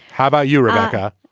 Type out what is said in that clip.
how about you rebecca.